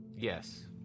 yes